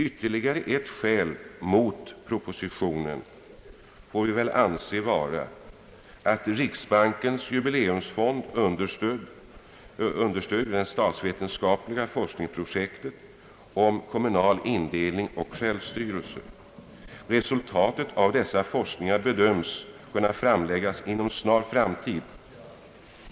Ytterligare ett skäl för avslag av propositionen är det av riksbankens jubileumsfond understödda statsvetenskapliga forskningsobjektet om kommunal indelning och självstyre. Resultatet av dessa forskningar bedöms kunna framläggas inom en snar framtid.